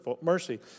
mercy